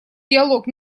диалог